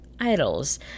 idols